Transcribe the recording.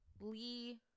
Lee